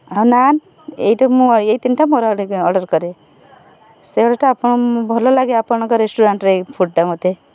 ଆଉ ନାନ୍ ଏଇଟା ମୁଁ ଏଇ ତିନିଟା ମୋର ଅର୍ଡ଼ର୍ କରେ ସେଗୁଡ଼ାଟା ଆପଣ ଭଲ ଲାଗେ ଆପଣଙ୍କ ରେଷ୍ଟୁରାଣ୍ଟ୍ରେ ଏହି ଫୁଡ଼୍ଟା ମୋତେ